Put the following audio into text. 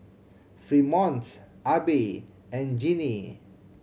Fremont Abie and Gennie